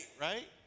right